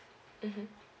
mmhmm